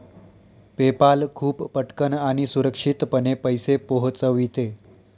PayPal खूप पटकन आणि सुरक्षितपणे पैसे पोहोचविते